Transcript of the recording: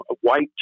white